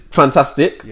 fantastic